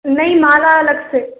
नहीं माला अलग से